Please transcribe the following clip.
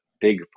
big